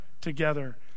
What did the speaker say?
together